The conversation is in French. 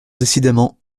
décidément